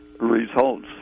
results